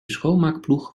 schoonmaakploeg